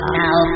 now